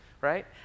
right